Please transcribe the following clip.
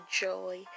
joy